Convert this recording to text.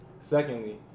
Secondly